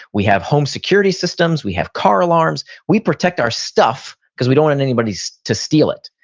we have home security systems, we have car alarms. we protect our stuff because we don't want anybody so to steal it.